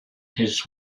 his